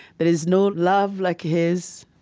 but is no love like his.